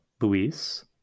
luis